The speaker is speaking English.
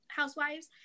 Housewives